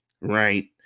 right